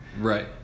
right